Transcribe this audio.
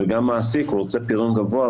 וגם מעסיק רוצה פריון גבוה,